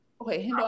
Okay